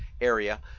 area